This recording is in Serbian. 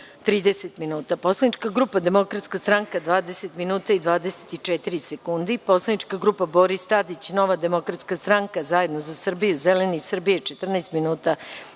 30 minuta; Poslanička grupa Demokratska stranka – 20 minuta i 24 sekunde; Poslanička grupa BORIS TADIĆ – Nova demokratska stranka, Zajedno za Srbiju, Zeleni Srbije – 14 minuta